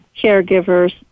caregivers